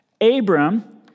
Abram